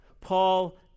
Paul